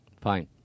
Fine